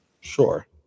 sure